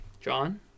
John